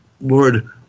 Lord